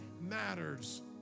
matters